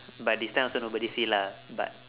but this time also nobody see lah but